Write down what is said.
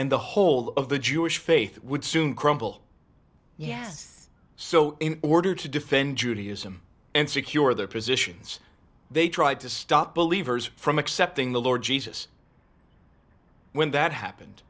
and the whole of the jewish faith would soon crumble yes so in order to defend judaism and secure their positions they tried to stop believe from accepting the lord jesus when that happened